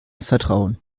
vertrauen